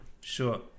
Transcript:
sure